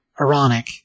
ironic